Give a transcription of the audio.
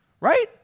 right